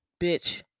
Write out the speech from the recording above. bitch